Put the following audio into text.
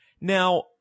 Now